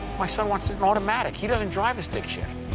my son wants an automatic. he doesn't drive a stick shift.